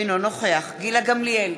אינו נוכח גילה גמליאל,